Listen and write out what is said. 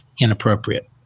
inappropriate